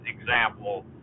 example